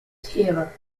taylor